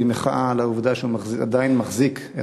במחאה על העובדה שהוא עדיין מחזיק את